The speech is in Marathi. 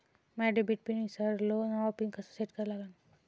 माया डेबिट पिन ईसरलो, नवा पिन कसा सेट करा लागन?